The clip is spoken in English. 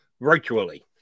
virtually